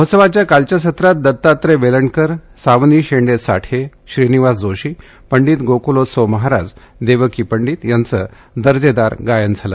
महोत्सवाच्या कालच्या सत्रात दत्तात्रय वेलणकर सावनी शंड्ये साठे श्रीनिवास जोशी पं गोकुलोत्सव महाराज देवकी पंडित यांच दर्जेदार गायन झाल